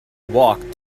walked